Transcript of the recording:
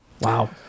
Wow